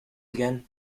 again